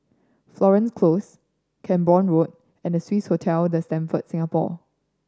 Florence Close Camborne Road and Swissotel The Stamford Singapore